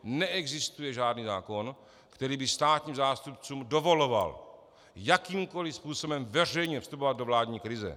Neexistuje žádný zákon, který by státním zástupcům dovoloval jakýmkoli způsobem veřejně vstupovat do vládní krize.